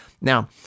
Now